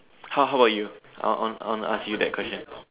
how how about you I want I want to ask you that question